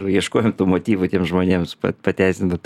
ir ieškojom tų motyvų tiem žmonėms pa pateisint bet